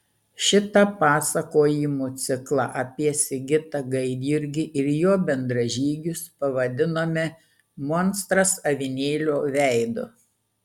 šitą pasakojimų ciklą apie sigitą gaidjurgį ir jo bendražygius pavadinome monstras avinėlio veidu